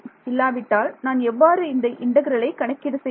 இல்லாவிட்டால் நான் எவ்வாறு இந்த இன்டெக்ரலை கணக்கீடு செய்வது